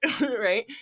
right